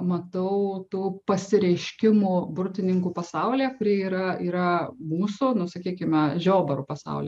matau tų pasireiškimų burtininkų pasaulyje kurie yra yra mūsų nu sakykime žiobarų pasauly